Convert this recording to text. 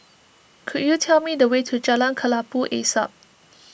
could you tell me the way to Jalan Kelabu Asap